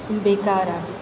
बेकारु आहे